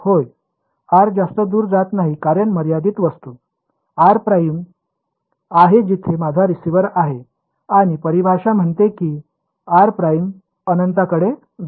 होय r जास्त दूर जात नाही कारण मर्यादित वस्तू r ′ आहे जिथे माझा रिसीव्हर आहे आणि परिभाषा म्हणते की r' अनंताकडे जा